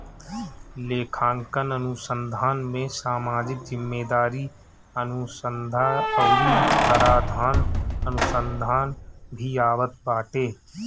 लेखांकन अनुसंधान में सामाजिक जिम्मेदारी अनुसन्धा अउरी कराधान अनुसंधान भी आवत बाटे